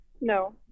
No